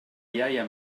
iaia